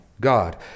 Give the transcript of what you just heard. God